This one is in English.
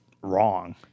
wrong